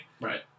right